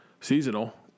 seasonal